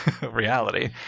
reality